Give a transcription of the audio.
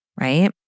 right